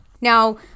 Now